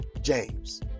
James